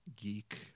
geek